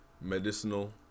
medicinal